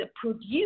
produce